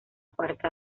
cuarta